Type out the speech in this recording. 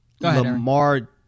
Lamar